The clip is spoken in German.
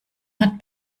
hat